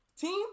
team